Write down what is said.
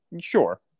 sure